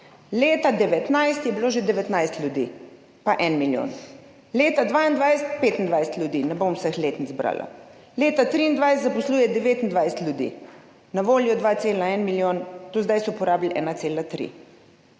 leta 2019 je bilo že 19 ljudi in 1 milijon, leta 2022 25 ljudi, ne bom vseh letnic brala, leta 2023 zaposluje 29 ljudi, na voljo 2,1 milijon, do zdaj so porabili 1,3 milijona.